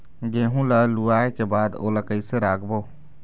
गेहूं ला लुवाऐ के बाद ओला कइसे राखबो?